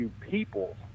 people